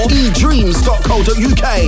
edreams.co.uk